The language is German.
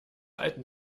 alten